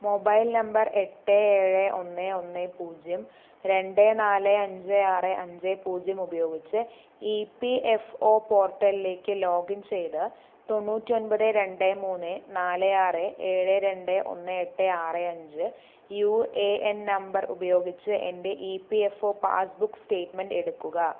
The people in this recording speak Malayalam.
മൊബൈൽ നമ്പർ എട്ട് ഏഴ് ഒന്ന് ഒന്ന് പൂജ്യം രണ്ട് നാല് അഞ്ച് ആറ് അഞ്ച് പൂജ്യം ഉപയോഗിച്ച് ഇ പി എഫ് ഒ പോർട്ടലിലേക്ക് ലോഗിൻ ചെയ്ത് തൊണ്ണൂറ്റി ഒൻപത് രണ്ട് മൂന്ന് നാല് ആറ് ഏഴ് രണ്ട് ഒന്ന് എട്ട് ആറ് അഞ്ച് യു എ എൻ നമ്പർ ഉപയോഗിച്ച് എന്റെ E P F O passbook statement എടുക്കുക